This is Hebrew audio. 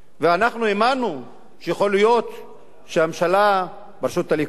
ואנחנו האמנו שיכול להיות שהממשלה בראשות הליכוד,